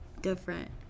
Different